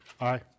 Aye